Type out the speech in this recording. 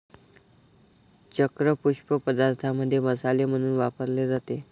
चक्र पुष्प पदार्थांमध्ये मसाले म्हणून वापरले जाते